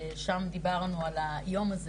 שם דיברנו על היום הזה